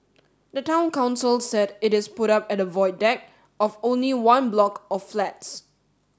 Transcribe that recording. the Town Council said it is put up at the Void Deck of only one block of flats